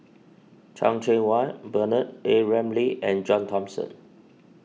Chan Cheng Wah Bernard A Ramli and John Thomson